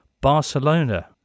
Barcelona